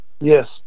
Yes